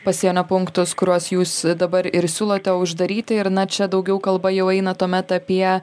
pasienio punktus kuriuos jūs dabar ir siūlote uždaryti ir na čia daugiau kalba jau eina tuomet apie